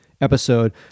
episode